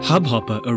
Hubhopper